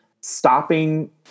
stopping